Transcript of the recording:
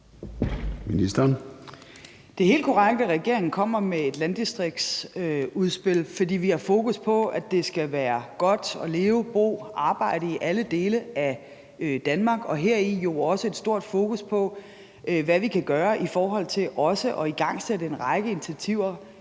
Det er helt korrekt, at regeringen kommer med et landdistriktsudspil, fordi vi har fokus på, at det skal være godt at leve, bo og arbejde i alle dele af Danmark, og herunder jo også et stort fokus på, hvad vi kan gøre for at igangsætte en række initiativer